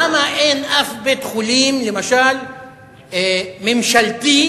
למה אין בית-חולים ממשלתי,